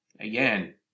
again